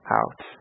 out